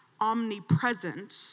omnipresent